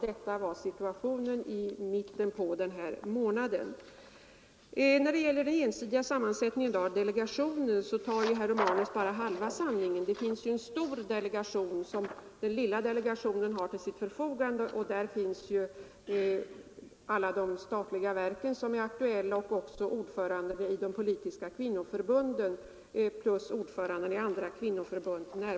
—- Detta var situationen i mitten på den här månaden. När det gäller den ensidiga sammansättningen av delegationen tar herr Romanus fram bara halva sanningen. Det finns ju en stor delegation, som kan stå till den lilla delegationens förfogande, och i den delegationen finns representanter för alla de statliga verk som är aktuella i sammanhanget samt ordförandena i de politiska kvinnoförbunden plus ordförandena i andra kvinnoförbund.